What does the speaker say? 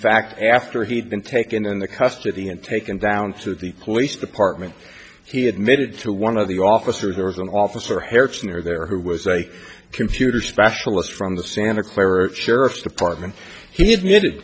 fact after he'd been taken into custody and taken down to the police department he admitted to one of the officers there was an officer harrison or there who was a computer specialist from the santa clara sheriff's department he admitted